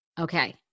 Okay